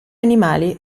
animali